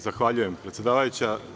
Zahvaljujem, predsedavajuća.